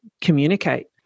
communicate